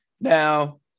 Now